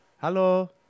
Hello